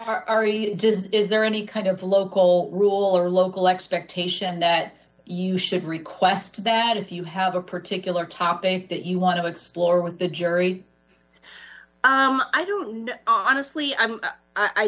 does is there any kind of local rule or local expectation that you should request that if you have a particular topic that you want to explore with the jury i don't honestly i'm i